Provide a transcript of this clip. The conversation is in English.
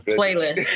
playlist